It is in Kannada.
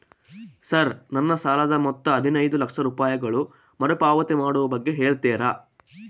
ಸರ್ ನನ್ನ ಸಾಲದ ಮೊತ್ತ ಹದಿನೈದು ಲಕ್ಷ ರೂಪಾಯಿಗಳು ಮರುಪಾವತಿ ಮಾಡುವ ಬಗ್ಗೆ ಹೇಳ್ತೇರಾ?